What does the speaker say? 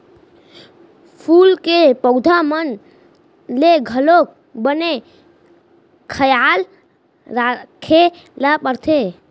फूल के पउधा मन के घलौक बने खयाल राखे ल परथे